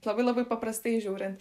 labai labai paprastai žiūrint